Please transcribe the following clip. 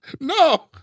No